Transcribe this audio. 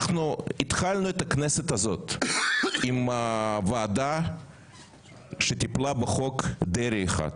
אנחנו התחלנו את הכנסת הזאת עם הוועדה שטיפלה בחוק דרעי 1,